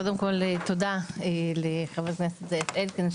קודם כל תודה לחבר הכנסת אלקין,